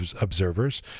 observers